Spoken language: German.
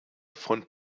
von